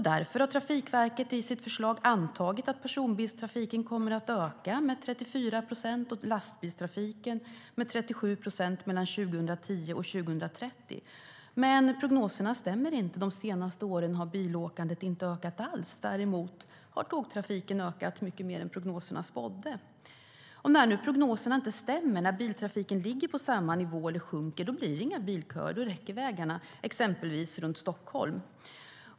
Därför har Trafikverket i sitt förslag antagit att personbilstrafiken kommer att öka med 34 procent och lastbilstrafiken med 37 procent mellan 2010 och 2030. Men prognoserna stämmer inte. De senaste åren har bilåkandet inte ökat alls. Däremot har tågtrafiken ökat mycket mer än vad som spåddes i prognoserna. När nu prognoserna inte stämmer och biltrafiken ligger på samma nivå eller minskar blir det inga bilköer, och då räcker vägarna exempelvis runt Stockholm.